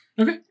Okay